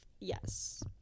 yes